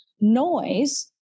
noise